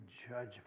judgment